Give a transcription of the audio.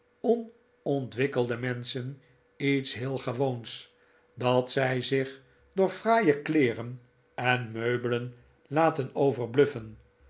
onontwikkelde menschen iets heel gewoons dat zij zich door fraaie kleeren en meubelen iaten overbluffen